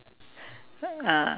ah